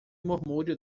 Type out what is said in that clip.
murmúrio